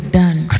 done